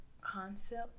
concept